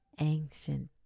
ancient